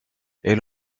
elle